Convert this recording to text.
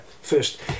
first